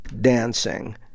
dancing